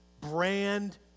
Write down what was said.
brand